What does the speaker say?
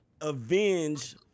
avenge